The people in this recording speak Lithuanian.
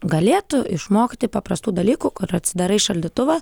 galėtų išmokti paprastų dalykų kur atsidarai šaldytuvą